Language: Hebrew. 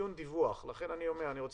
מאירה